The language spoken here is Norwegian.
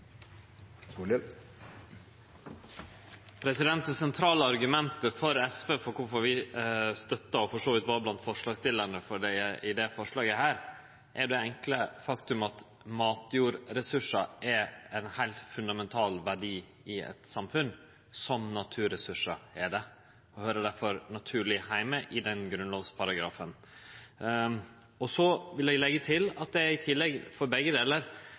Det sentrale argumentet for SV for kvifor vi støttar og for så vidt var blant forslagsstillarane når det gjeld dette forslaget, er det enkle faktum at matjordressursar er ein heilt fundamental verdi i eit samfunn, som naturressursar er det. Det høyrer derfor naturleg heime i den grunnlovsparagrafen. Så vil eg leggje til at det i tillegg, for begge delar,